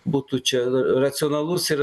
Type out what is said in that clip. būtų čia racionalus ir